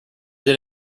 did